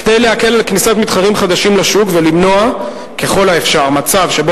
כדי להקל על כניסת מתחרים חדשים לשוק ולמנוע ככל האפשר מצב שבו